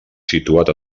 situat